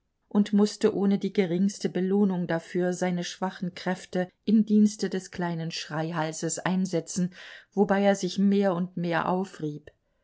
und mußte ohne die geringste belohnung dafür seine schwachen kräfte im dienste des kleinen schreihalses einsetzen wobei er sich mehr und mehr aufrieb